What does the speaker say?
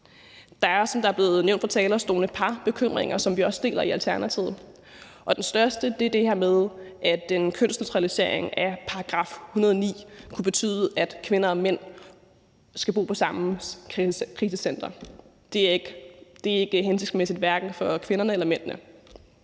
Der er også, som det er blevet nævnt på talerstolen, et par bekymringer, som vi deler i Alternativet, og den største er det her med, at en kønsneutralisering af § 109 kunne betyde, at kvinder og mænd skal bo på samme krisecentre. Det er ikke hensigtsmæssigt, hverken for kvinderne eller mændene,